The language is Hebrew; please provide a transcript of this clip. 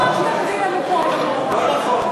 כל חוק שאתה מביא לנו פה, לא נכון,